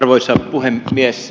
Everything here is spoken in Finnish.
arvoisa puhemies